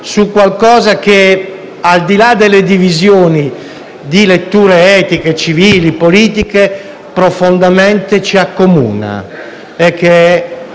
a qualcosa che, al di là delle divisioni, di letture etiche, civili, politiche, profondamente ci accomuna: